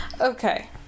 Okay